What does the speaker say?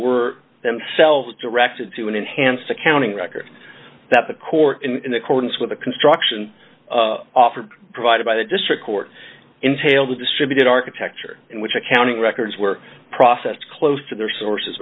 were themselves directed to an enhanced accounting record that the court in accordance with the construction offered provided by the district court entailed a distributed architecture in which accounting records were processed close to their sources